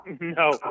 No